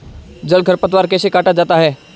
जल खरपतवार कैसे काटा जाता है?